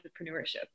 entrepreneurship